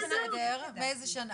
בסדר, מאיזה שנה.